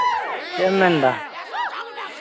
ᱪᱮᱫ ᱮᱢ ᱢᱮᱱᱫᱟ